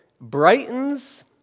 brightens